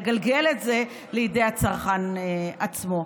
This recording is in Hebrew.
לגלגל את זה לידי הצרכן עצמו.